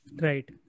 Right